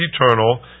eternal